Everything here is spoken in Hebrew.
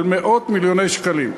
על מאות מיליוני שקלים.